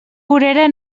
vorera